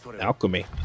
Alchemy